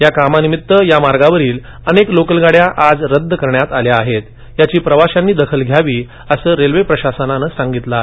याकामांनिमित्त या मार्गावरील अनेक लोकल गाड्या आज रद्द करण्यात आल्या आहेत याची प्रवाशांनी दखल घ्यावी असं रेल्वे प्रशासनानं सांगितलं आहे